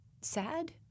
sad